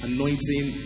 anointing